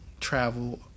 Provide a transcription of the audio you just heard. travel